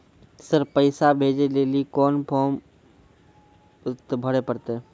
Sir पैसा भेजै लेली कोन फॉर्म भरे परतै?